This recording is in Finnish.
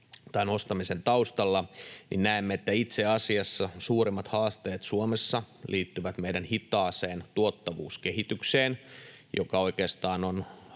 tai nostamisen taustalla, niin näemme, että itse asiassa suurimmat haasteet Suomessa liittyvät meidän hitaaseen tuottavuuskehitykseen, joka oikeastaan on